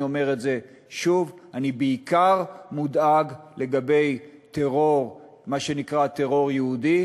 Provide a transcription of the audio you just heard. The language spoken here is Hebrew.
אני אומר את זה שוב: אני בעיקר מודאג לגבי מה שנקרא טרור יהודי.